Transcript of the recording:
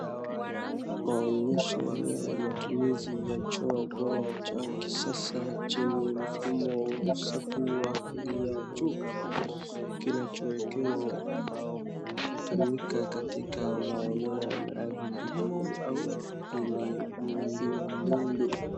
Maonyesho ya matumizi ya choo bora cha kisasa chenye mfumo safi wa hali ya juu. Kinachoekeza kutumika katika maeneo ya ardhi jijini au yenye mindumindu.